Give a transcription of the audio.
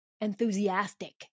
enthusiastic